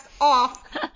off